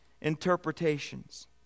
interpretations